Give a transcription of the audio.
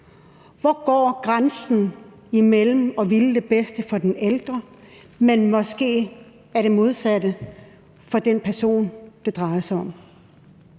Hvor går grænsen imellem at ville det bedste for den ældre og måske gøre det modsatte for den person, det drejer sig om?